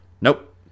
Nope